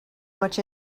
much